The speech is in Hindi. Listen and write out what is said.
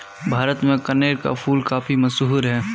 भारत में कनेर का फूल काफी मशहूर है